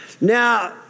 Now